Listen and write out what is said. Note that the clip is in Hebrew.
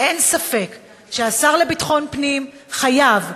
אין ספק שהשר לביטחון פנים חייב,